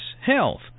health